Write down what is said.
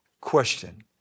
Question